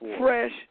fresh